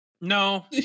No